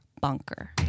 bunker